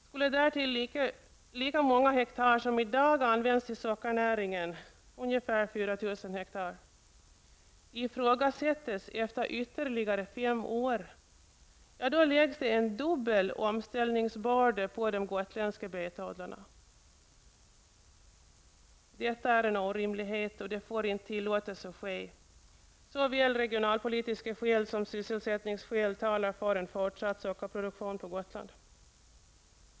Skulle därtill lika många hektar som i dag användas till sockernäringen, ungefär 4 000 hektar, ifrågasättas efter ytterligare fem år läggs det en dubbel omställningsbörda på de gotländska betodlarna. Detta är en orimlighet och får inte tillåtas ske. Såväl regionalpolitiska skäl som sysselsättningsskäl talar för en fortsatt sockerproduktion på Gotland.